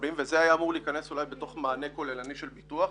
מקבלים וזה היה אמור להיכנס אולי בתוך מענה כוללני של ביטוח,